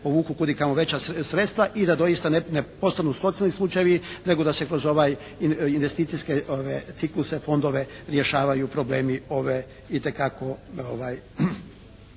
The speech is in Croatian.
povuku kud i kamo veća sredstva i da doista ne postanu socijalni slučajevi nego da se kroz ovaj, investicijske cikluse, fondove rješavaju problemi ove itekako